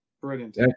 brilliant